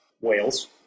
Whales